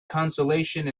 consolation